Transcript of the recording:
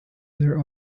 there